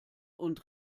und